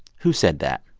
who said that?